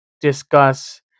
discuss